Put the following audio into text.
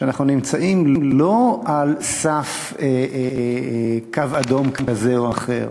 שאנחנו נמצאים לא על סף קו אדום כזה או אחר,